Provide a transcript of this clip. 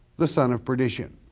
the son of perdition.